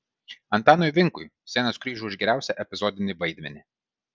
antanui vinkui scenos kryžių už geriausią epizodinį vaidmenį